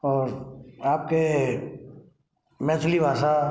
और आपके मैथली भाषा